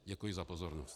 Děkuji za pozornost.